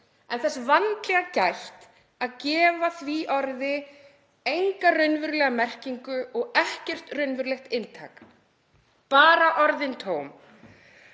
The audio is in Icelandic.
en þess vandlega gætt að gefa því orði enga raunverulega merkingu og ekkert raunverulegt inntak, bara orðin tóm.